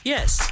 Yes